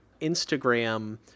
instagram